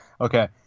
Okay